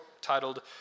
titled